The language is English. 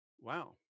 wow